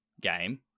game